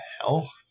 hell